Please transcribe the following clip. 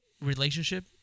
relationship